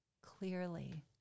clearly